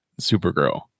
Supergirl